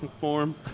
form